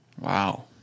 Wow